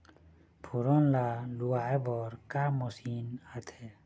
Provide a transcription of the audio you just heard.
फोरन ला लुआय बर का मशीन आथे?